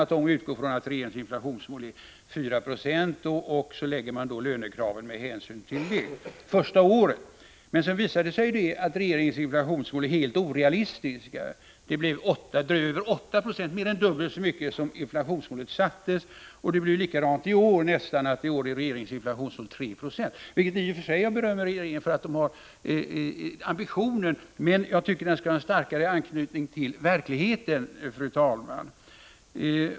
Man utgår från att regeringens inflationsmål är 4 76, och så lägger man lönekraven med hänsyn till det — första året. Sedan visade det sig att regeringens inflationsmål var helt orealistiskt. Det blev över 8 96, mer än dubbelt så mycket som inflationsmålet sattes till. Det blir nästan likadant i år, då inflationsmålet sattes till 3 96. I och för sig vill jag berömma regeringen för att man har ambitionen, men jag tycker den skall ha en starkare anknytning till verkligheten.